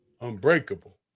Unbreakable